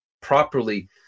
properly